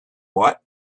what